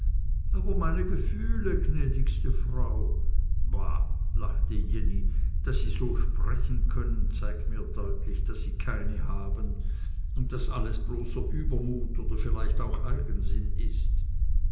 aber meine gefühle gnädigste frau bah lachte jenny daß sie so sprechen können zeigt mir deutlich daß sie keine haben und daß alles bloßer übermut oder vielleicht auch eigensinn ist